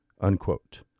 unquote